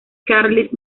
carles